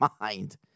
mind